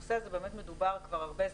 והנושא הזה מאוד מדובר כבר הרבה זמן.